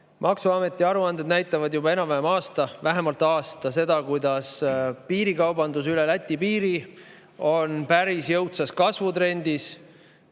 saab. Need aruanded on näidanud juba enam-vähem aasta, vähemalt aasta seda, kuidas piirikaubandus üle Läti piiri on päris jõudsas kasvutrendis